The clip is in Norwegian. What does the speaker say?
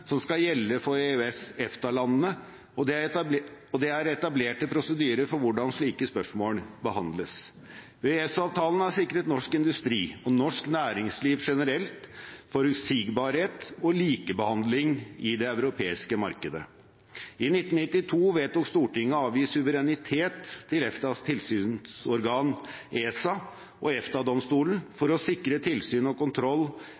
som skal gjelde for EØS/EFTA-landene, og det er etablerte prosedyrer for hvordan slike spørsmål behandles. EØS-avtalen har sikret norsk industri og norsk næringsliv generelt forutsigbarhet og likebehandling i det europeiske markedet. I 1992 vedtok Stortinget å avgi suverenitet til EFTAs tilsynsorgan ESA og EFTA-domstolen for å sikre tilsyn og kontroll